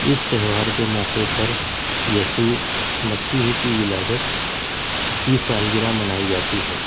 اس تہوار کے موقع پر یسو مسیح کی ولادت کی سالگرہ منائی جاتی ہے